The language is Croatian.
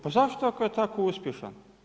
Pa zašto ako je tako uspješan?